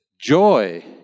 joy